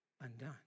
undone